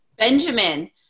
Benjamin